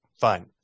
Fine